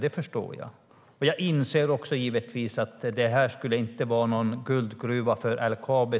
Jag förstår det, och jag inser att detta inte skulle vara någon guldgruva för LKAB.